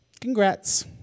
congrats